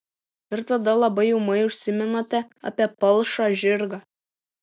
ir tada labai ūmai užsimenate apie palšą žirgą